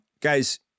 Guys